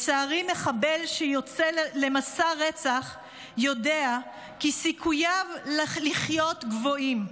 לצערי מחבל שיוצא למסע רצח יודע כי סיכוייו לחיות גבוהים,